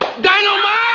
Dynamite